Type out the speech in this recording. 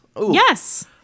Yes